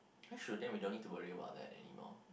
that's true then we don't need to worry about that anymore